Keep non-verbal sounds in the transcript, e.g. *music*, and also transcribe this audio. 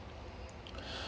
*breath*